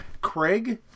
Craig